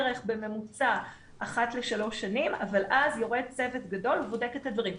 בממוצע אחת לשלוש שנים אבל אז יורד צוות גדול ובודק את הדברים.